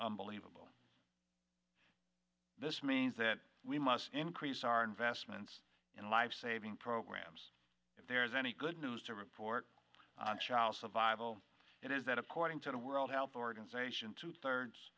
unbelievable this means that we must increase our investments in lifesaving programmes if there is any good news to report on child so viable it is that according to the world health organization two thirds